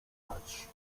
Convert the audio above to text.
wracać